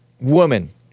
woman